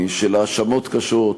של האשמות קשות,